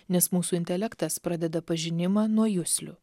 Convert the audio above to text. nes mūsų intelektas pradeda pažinimą nuo juslių